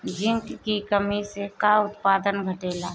Zinc की कमी से का उत्पादन घटेला?